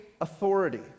authority